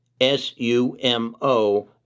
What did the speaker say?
S-U-M-O